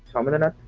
hundred and